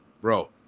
Bro